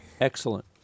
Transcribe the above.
Excellent